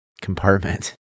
compartment